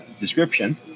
description